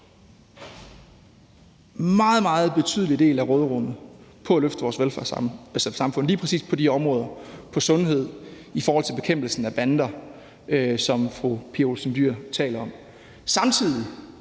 meget, meget betydelig del af råderummet på at løfte vores velfærdssamfund lige præcis på de områder – på sundhedsområdet og i forhold til bekæmpelsen af bander – som fru Pia Olsen Dyhr taler om. Samtidig